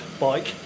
bike